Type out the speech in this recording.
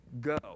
go